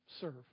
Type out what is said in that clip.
Serve